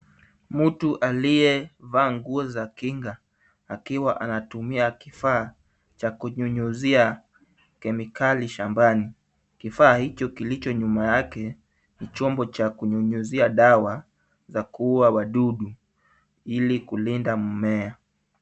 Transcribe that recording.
Mtu aliyevaa nguo za kinga akiwa anatumia kifaa cha kunyunyuzia kemikali shambani. Kifaa hicho kilicho nyuma yake ni chombo cha kunyunyuzia dawa za kuua wadudu ili kulinda mmea.